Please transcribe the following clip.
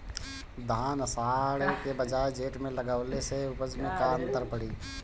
धान आषाढ़ के बजाय जेठ में लगावले से उपज में का अन्तर पड़ी?